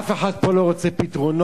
אף אחד פה לא רוצה פתרונות,